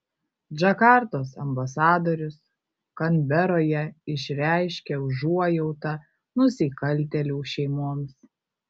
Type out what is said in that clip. džakartos ambasadorius kanberoje išreiškė užuojautą nusikaltėlių šeimoms